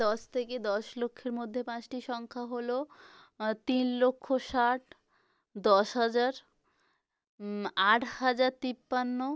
দশ থেকে দশ লক্ষের মধ্যে পাঁচটি সংখ্যা হলো তিন লক্ষ ষাট দশ হাজার আট হাজার তিপান্ন